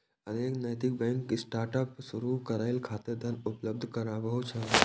अनेक नैतिक bank startup शुरू करै खातिर धन उपलब्ध कराबै छै